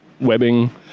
webbing